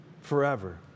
forever